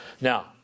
now